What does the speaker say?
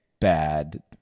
bad